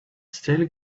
still